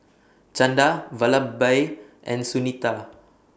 Chanda Vallabhbhai and Sunita